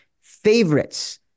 favorites